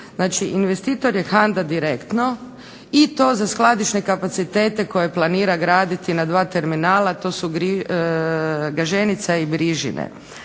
HANDA. Investitor je HANDA direktno i to za skladišne kapacitete koje planira graditi na dva terminala to su Gaženica i Brižine.